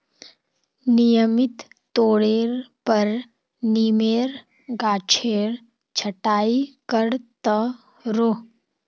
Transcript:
नियमित तौरेर पर नीमेर गाछेर छटाई कर त रोह